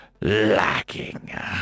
lacking